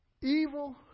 evil